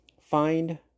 find